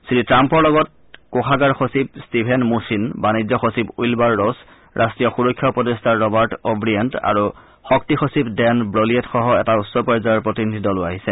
শ্ৰীট্টাম্পৰ লগত কোষাগাৰ সচিব ষ্টিভেন মুচিন বাণিজ্য সচিব উইলবাৰ ৰছ ৰাষ্টীয় সূৰক্ষা উপদেষ্টা ৰবাৰ্ট অৱিয়েণ্ট আৰু শক্তি সচিব ডেন ৱলিয়েটসহ এটা উচ্চ পৰ্যায়ৰ প্ৰতিনিধি দলো আহিছে